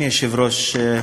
אדוני היושב-ראש,